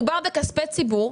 מדובר בכספי ציבור.